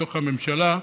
לתוך הממשלה,